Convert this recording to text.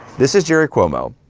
this is jerry cuomo,